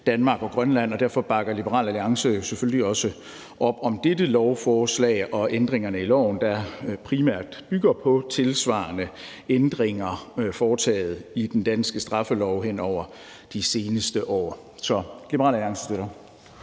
Danmark og Grønland. Derfor bakker Liberal Alliance selvfølgelig også op om dette lovforslag og ændringerne i loven, der primært bygger på tilsvarende ændringer foretaget i den danske straffelov hen over de seneste år. Så Liberal Alliance støtter